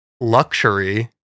luxury